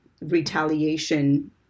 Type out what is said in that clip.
retaliation